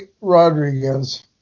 Rodriguez